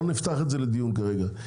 לא נפתח את זה לדיון כרגע.